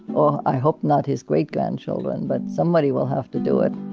or i hope not his great grandchildren, but somebody will have to do it